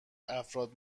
افراد